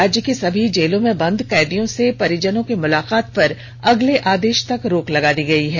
राज्य के सभी जेलों में बंद कैदियों से परिजनों के मुलाकात पर अगले आदेश तक रोक लगा दी गई है